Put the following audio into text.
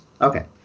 Okay